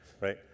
right